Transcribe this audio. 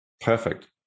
Perfect